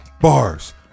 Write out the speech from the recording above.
bars